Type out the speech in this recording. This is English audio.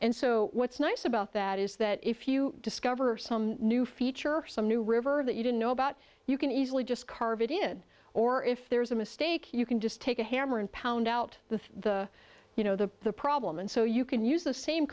and so what's nice about that is that if you discover some new feature some new river that you don't know about you can easily just carve it in or if there's a mistake you can just take a hammer and pound out the you know the problem and so you can use the same